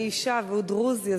אני אשה והוא דרוזי,